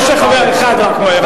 רק חבר כנסת אחד משיב.